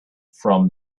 from